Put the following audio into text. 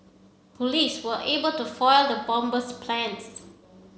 police were able to foil the bomber's plans